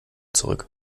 zurück